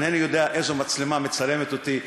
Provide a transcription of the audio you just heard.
אינני יודע איזו מצלמה מצלמת אותי,